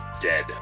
dead